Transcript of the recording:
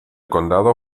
condado